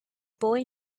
boy